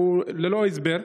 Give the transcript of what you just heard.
שהוא ללא הסבר.